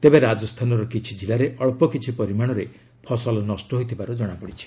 ତେବେ ରାଜସ୍ଥାନର କିଛି ଜିଲ୍ଲାରେ ଅଳ୍ପ କିଛି ପରିମାଣରେ ଫସଲ ନଷ୍ଟ ହୋଇଥିବାର ଜଣାପଡ଼ିଛି